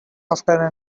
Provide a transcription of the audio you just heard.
after